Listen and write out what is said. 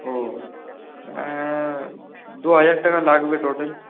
ও দু হাজার টাকা লাগবে টোটাল